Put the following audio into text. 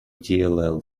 dll